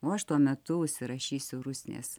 o aš tuo metu užsirašysiu rusnės